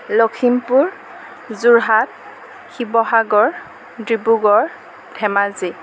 Lakhimpur Jorhat Sivasagar Dibrugarh Dhemaji